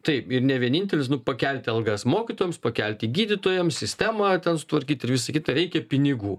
taip ir ne vienintelis nu pakelti algas mokytojams pakelti gydytojams sistemą ten sutvarkyt ir visa kita reikia pinigų